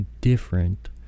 different